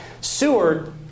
Seward